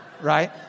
right